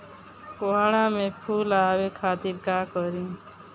कोहड़ा में फुल आवे खातिर का करी?